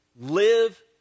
live